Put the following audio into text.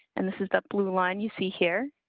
and this is the blue line you see here.